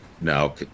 Now